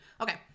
okay